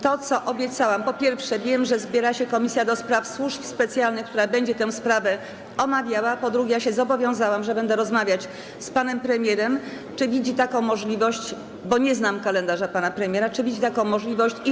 To, co obiecałam: po pierwsze, wiem, że zbiera się Komisja do Spraw Służb Specjalnych, która będzie tę sprawę omawiała, po drugie, ja się zobowiązałam, że będę rozmawiać z panem premierem o tym, czy widzi taką możliwość, bo nie znam kalendarza pana premiera, czy widzi taką możliwość i formę.